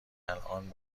الان